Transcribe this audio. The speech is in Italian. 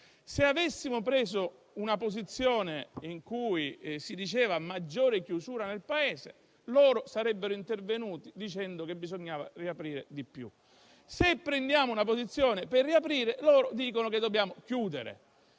se avessimo preso posizione per una chiusura più netta del Paese, loro sarebbero intervenuti dicendo che bisognava riaprire di più; se prendiamo una posizione per riaprire, loro dicono che dobbiamo chiudere.